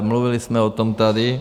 Mluvili jsme o tom tady.